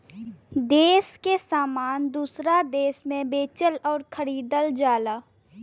देस के सामान दूसर देस मे बेचल अउर खरीदल जाला